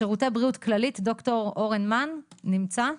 שירותי בריאות כללית, ד"ר אורן מן, נמצא?